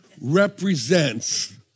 represents